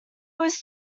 was